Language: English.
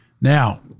Now